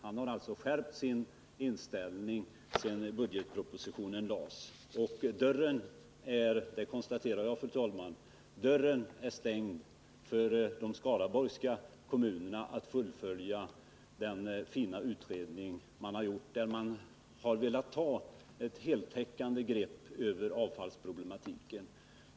Han har alltså skärpt sin inställning sedan budgetpropositionen framlades. Dörren är stängd — det konstaterar jag, fru talman — för de skaraborgska kommunerna att med hjälp av statsbidrag följa upp den fina utredning som man har gjort och som innebär en övergripande lösning av hela avfallsproblematiken.